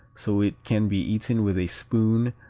so it can be eaten with a spoon,